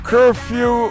Curfew